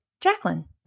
Jacqueline